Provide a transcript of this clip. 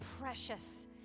precious